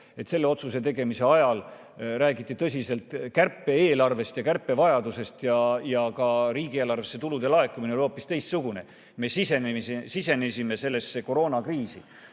et selle otsuse tegemise ajal räägiti tõsiselt kärpe-eelarvest ja kärpevajadusest ja ka riigieelarvesse tulude laekumine oli hoopis teistsugune, me sisenesime sellesse koroonakriisi